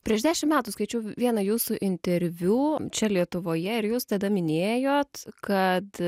prieš dešim metų skaičiau vieną jūsų interviu čia lietuvoje ir jūs tada minėjot kad